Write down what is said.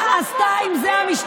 מה עשתה עם זה המשטרה?